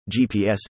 GPS